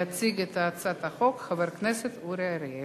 והצעת החוק חוזרת לדיון בוועדת הכנסת.